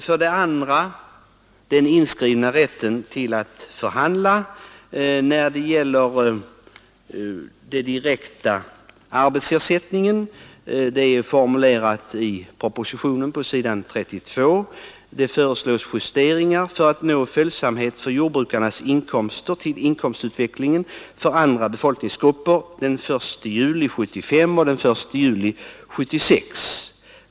För det andra är det tillfredsställande att rätten att förhandla om den direkta arbetsersättningen är inskriven i propositionen, där det på s. 32 föreslås justeringar för att nå följsamhet för jordbrukarnas inkomster till inkomstutvecklingen för andra befolkningsgrupper den 1 juli 1975 och den 1 juli 1976.